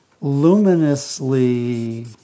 luminously